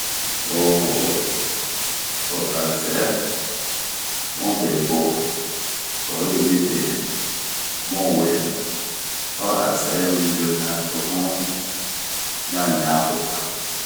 ohh o oarisɛhɛ bun be bo ,owe yibe bun we a arisɛhɛ yimibio tobun ɲan ɲahan po.